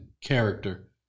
character